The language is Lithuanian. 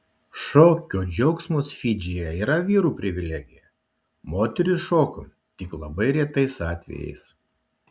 šokio džiaugsmas fidžyje yra vyrų privilegija moterys šoka tik labai retais atvejais